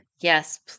Yes